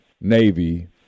Navy